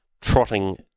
Trotting